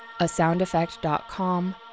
asoundeffect.com